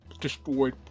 destroyed